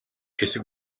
хэсэг